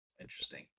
Interesting